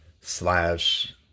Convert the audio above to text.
slash